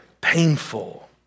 painful